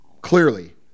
clearly